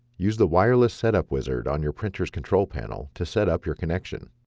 use the wireless setup wizard on your printer's control panel to set up your connection.